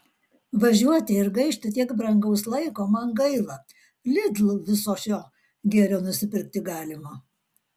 važiuoti ir gaišti tiek brangaus laiko man gaila lidl viso šio gėrio nusipirkti galima